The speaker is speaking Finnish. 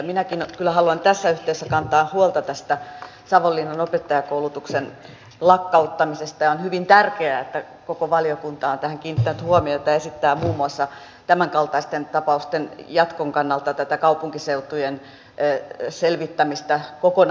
minäkin kyllä haluan tässä yhteydessä kantaa huolta tästä savonlinnan opettajankoulutuksen lakkauttamisesta ja on hyvin tärkeää että koko valiokunta on tähän kiinnittänyt huomiota ja esittää muun muassa tämänkaltaisten tapausten jatkon kannalta tätä kaupunkiseutujen selvittämistä kokonaisaluetaloudellisesti